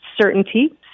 certainty